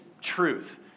truth